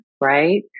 right